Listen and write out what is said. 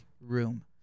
room